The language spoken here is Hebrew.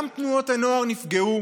גם תנועות הנוער נפגעו